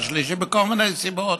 מכל מיני סיבות,